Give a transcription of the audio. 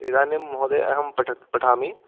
इदानीं महोदयः अहं पठ पठामि